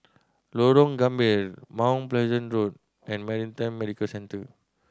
Lorong Gambir Mount Pleasant Road and Maritime Medical Centre